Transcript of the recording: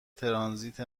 ترانزیت